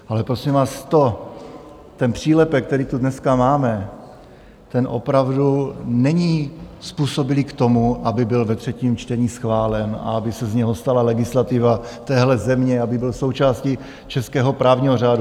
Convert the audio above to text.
Ale prosím vás, ten přílepek, který tu dneska máme, opravdu není způsobilý k tomu, aby byl ve třetím čtení schválen a aby se z něho stala legislativa téhle země, aby byl součástí českého právního řádu.